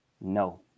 No